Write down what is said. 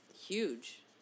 Huge